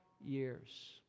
years